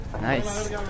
Nice